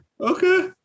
okay